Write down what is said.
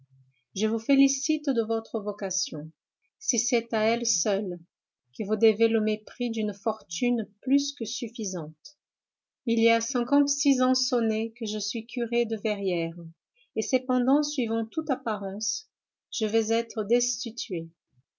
je vous félicite de votre vocation si c'est à elle seule que vous devez le mépris d'une fortune plus que suffisante il y a cinquante-six ans sonnés que je suis curé de verrières et cependant suivant toute apparence je vais être destitué